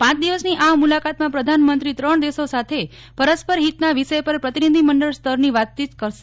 પાંચ દિવસની આ મુલાકાતમાં પ્રધાનમંત્રી ત્રણ દેશો સાથે પરસ્પર હિતના વિષય પર પ્રતિનિધિમંડેળ સ્તરની વાતચીત કરશે